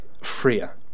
Freer